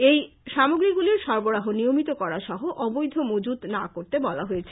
এই সামগ্রীগুলির সরবারাহ নিয়মিত করা সহ অবৈধ মজুত না করতে বলা হয়েছে